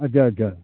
अच्छा अच्छा